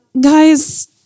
guys